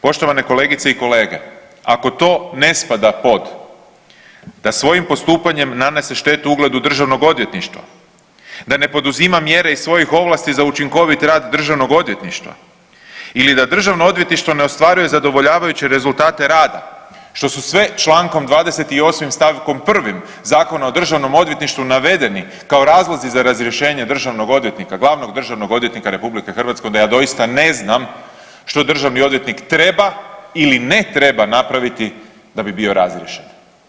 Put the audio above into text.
Poštovane kolegice i kolege ako to ne spada pod da svojim postupanjem nanose štetu ugledu Državnog odvjetništva, da ne poduzima mjere iz svojih ovlasti za učinkovit rad Državnog odvjetništva ili da Državno odvjetništvo ne ostvaruje zadovoljavajuće rezultate rada što su sve člankom 28 stavkom prvim Zakona o državnom odvjetništvu navedeni kao razlozi za razrješenje Državnog odvjetnika, Glavnog državnog odvjetnika Republike Hrvatske, onda ja doista ne znam što Državni odvjetnik treba ili ne treba napraviti da bi bio razriješen.